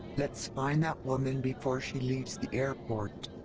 let's find that woman before she leaves the airport.